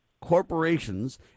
corporations